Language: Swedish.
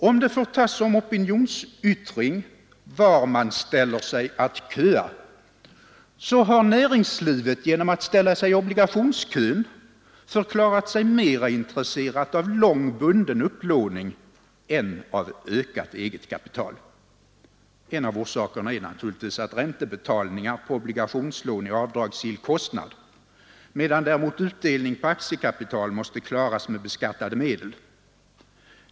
Om det får tas som opinionsyttring var man ställer sig att köa, har näringslivet genom att ställa sig i obligationskön förklarat sig mera intresserat av lång bunden upplåning än av ökat eget kapital. En av orsakerna är naturligtvis att räntebetalningar på obligationslån är avdragsgill kostnad, medan däremot utdelning på aktiekapital måste klaras med beskattade medel.